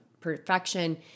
perfection